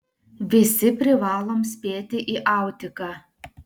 visi privalom spėti į autiką